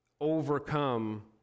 overcome